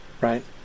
right